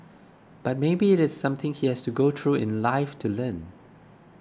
but maybe it is something he has to go through in life to learn